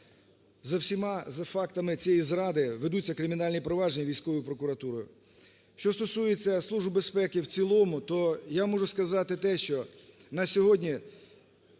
За всіма фактами цієї зради ведуться кримінальні провадження військовою прокуратурою. Що стосується Служби безпеки в цілому, то я можу сказати те, що на сьогодні